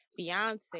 Beyonce